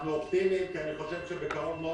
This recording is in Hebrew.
אנחנו אופטימיים ואני חושב שבקרוב מאוד